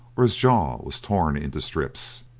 or his jaw was torn into strips.